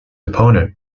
opponent